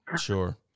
Sure